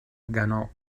ganó